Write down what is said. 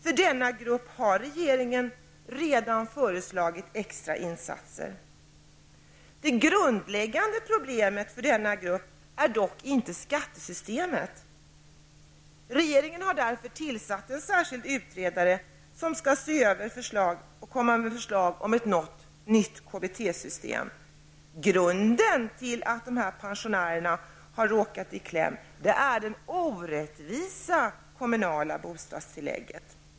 För denna grupp har regeringen redan föreslagit extra insatser. Det grundläggande problemet för denna grupp är dock inte skattesystemet. Regeringen har därför tillsatt en särskild utredare som skall se över förhållandena och komma med förslag till ett nytt KBT-system. Anledningen till att de här pensionärerna har kommit i kläm är det orättvisa kommunala bostadstillägget.